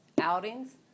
outings